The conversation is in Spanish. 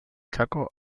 chaco